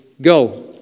go